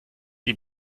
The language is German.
die